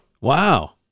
Wow